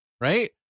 right